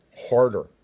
harder